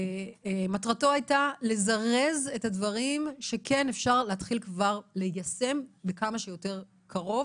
שמטרתו הייתה לזרז את הדברים שכן אפשר להתחיל כבר ליישם כמה שיותר בקרוב